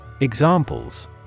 Examples